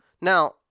Now